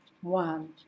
one